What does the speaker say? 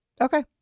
Okay